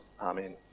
Amen